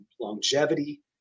longevity